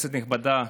כנסת נכבדה,